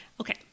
okay